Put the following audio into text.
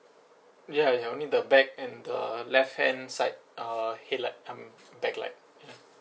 ya only the back and the left hand side uh headlight um backlight ya